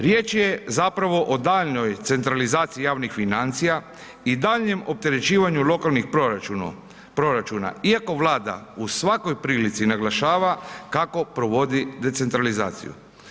Riječ je zapravo o daljnjoj centralizaciji javnih financija i daljnjem opterećivanju lokalnih proračuna iako Vlada u svakoj prilici naglašava kako provodi decentralizaciju.